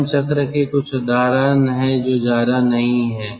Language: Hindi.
बंद चक्र के कुछ उदाहरण हैं जो ज्यादा नहीं है